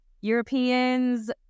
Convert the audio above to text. Europeans